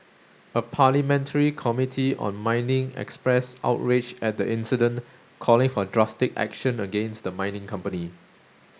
a parliamentary committee on mining expressed outrage at the incident calling for drastic action against the mining company